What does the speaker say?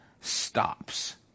stops